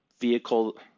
vehicle